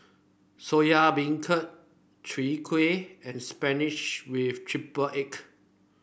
Soya Beancurd Chai Kuih and spinach with triple egg